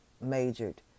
majored